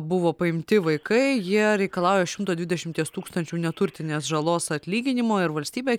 buvo paimti vaikai jie reikalauja šimto dvidešimties tūkstančių neturtinės žalos atlyginimo ir valstybė